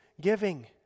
giving